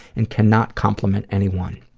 and cannot compliment anyone.